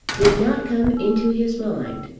did not come into his mind.